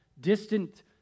distant